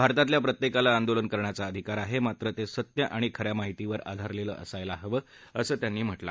भारतातल्या प्रत्येकाला आंदोलन करण्याचा अधिकार आहे मात्र ते सत्य आणि खऱ्या माहितीवर आधारलेलं असायला हवं असं त्यांनी म्हाकें